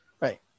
Right